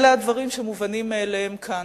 אלה הדברים שמובנים מאליהם כאן,